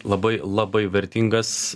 labai labai vertingas